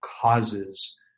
causes